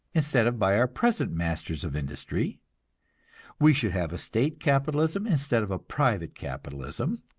instead of by our present masters of industry we should have a state capitalism, instead of a private capitalism